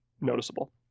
noticeable